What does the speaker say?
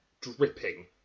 dripping